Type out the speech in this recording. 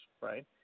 Right